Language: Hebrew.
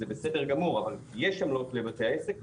זה בסדר גמור אבל יש עמלות לבתי העסק,